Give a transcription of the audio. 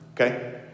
Okay